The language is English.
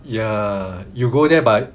ya you go there but